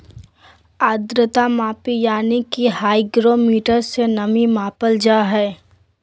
आद्रता मापी यानी कि हाइग्रोमीटर से नमी मापल जा हय